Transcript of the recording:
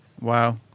wow